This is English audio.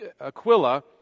Aquila